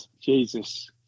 Jesus